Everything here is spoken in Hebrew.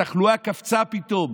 התחלואה קפצה פתאום.